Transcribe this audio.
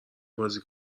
بازی